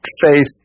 faith